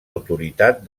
autoritat